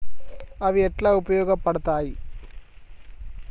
అవి ఎట్లా ఉపయోగ పడతాయి?